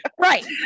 right